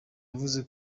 yavuze